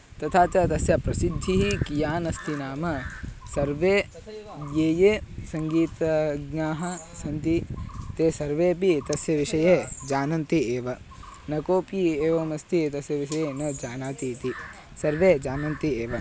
तथा च तस्य प्रसिद्धिः कियान् अस्ति नाम सर्वे ये ये सङ्गीतज्ञाः सन्ति ते सर्वेपि तस्य विषये जानन्ति एव न कोपि एवमस्ति तस्य विषये न जानाति इति सर्वे जानन्ति एव